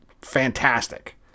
fantastic